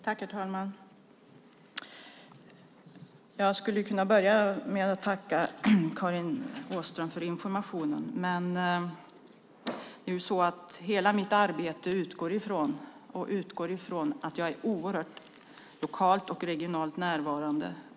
Herr talman! Jag skulle kunna börja med att tacka Karin Åström för informationen. Hela mitt arbete utgår från att vara lokalt och regionalt närvarande.